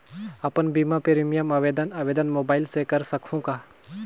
अपन बीमा प्रीमियम आवेदन आवेदन मोबाइल से कर सकहुं का?